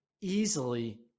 easily